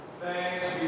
Thanks